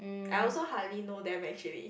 I also hardly know them actually